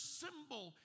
symbol